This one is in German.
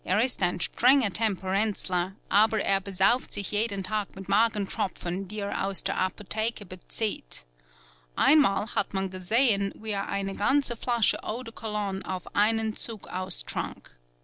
aber er besauft sich jeden tag mit magentropfen die er aus der apotheke bezieht einmal hat man gesehen wie er eine ganze flasche eau de cologne auf einen zug austrank